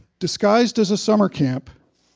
disguised as a summer camp.